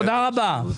תודה רבה.